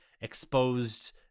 exposed